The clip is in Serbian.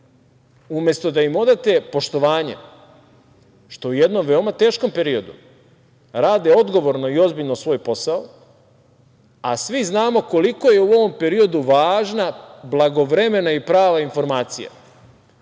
umesto da im odate poštovanje što u jednom veoma teškom periodu rade odgovorno i ozbiljno svoj posao, a svi znamo koliko je u ovom periodu važna blagovremena i prava informacija.